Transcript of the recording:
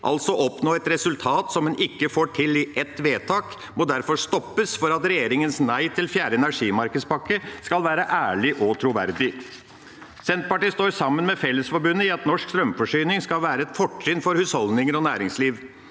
altså å oppnå et resultat som en ikke får til i ett vedtak, må derfor stoppes for at regjeringas nei til fjerde energimarkedspakke skal være ærlig og troverdig. Senterpartiet står sammen med Fellesforbundet i at norsk strømforsyning skal være et fortrinn for husholdninger og næringsliv.